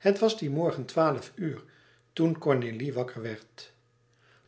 het was dien morgen twaalf uur toen cornélie wakker werd